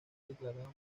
declarado